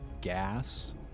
gas